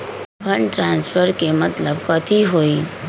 Fund transfer के मतलब कथी होई?